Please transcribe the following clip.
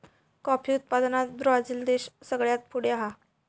coffee उत्पादनात Brazil देश सगळ्यात पुढे हा